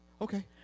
Okay